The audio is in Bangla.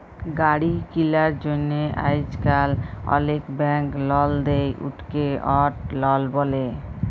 গাড়ি কিলার জ্যনহে আইজকাল অলেক ব্যাংক লল দেই, উটকে অট লল ব্যলে